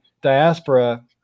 diaspora